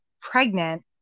pregnant